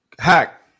Hack